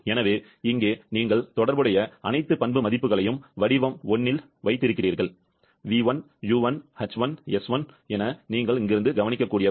எனவே இங்கே நீங்கள் தொடர்புடைய அனைத்து பண்பு மதிப்புகளையும் வடிவ 1 இல் வைத்திருக்கிறீர்கள் v1 u1 h1 s1 நீங்கள் இங்கிருந்து கவனிக்கக்கூடியவை